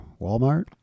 walmart